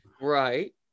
Right